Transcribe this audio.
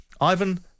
Ivan